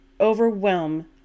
overwhelm